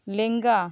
ᱞᱮᱝᱜᱟ